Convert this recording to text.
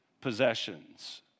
possessions